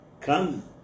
Come